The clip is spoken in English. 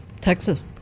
Texas